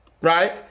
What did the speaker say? right